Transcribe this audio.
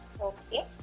Okay